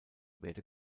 werde